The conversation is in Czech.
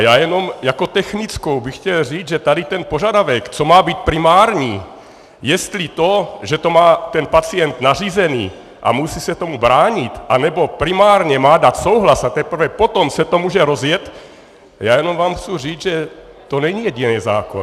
A jako technickou bych chtěl říct, že tady ten požadavek, co má být primární, jestli to, že to má ten pacient nařízené a musí se tomu bránit, anebo primárně má dát souhlas a teprve potom se to může rozjet, já jenom vám chci říct, že to není jediný zákon.